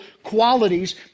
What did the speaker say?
Qualities